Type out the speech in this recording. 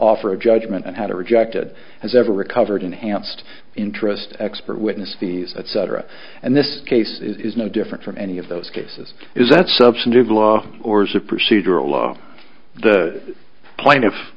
for a judgment and had a rejected has ever recovered enhanced interest expert witness these etc and this case is no different from any of those cases is that substantive law or is a procedural law the pla